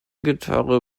gitarre